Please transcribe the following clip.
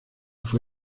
fue